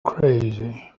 crazy